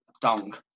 Dong